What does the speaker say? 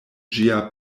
ĝia